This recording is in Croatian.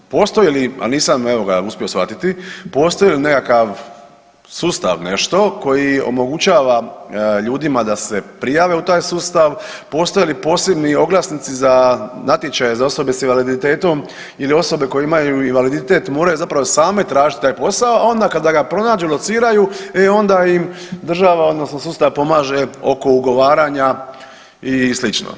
Postoji li, al nisam evo ga uspio shvatiti, postoji li nekakav sustav nešto koji omogućava ljudima da se prijave u taj sustav, postoje li posebni oglasnici za natječaje za osobe s invaliditetom ili osobe koje imaju invaliditet moraju zapravo same tražit taj posao, a onda kada ga pronađu i lociraju e onda im država odnosno sustav pomaže oko ugovaranja i slično.